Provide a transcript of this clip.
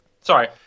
Sorry